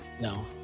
No